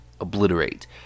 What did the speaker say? obliterate